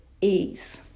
ease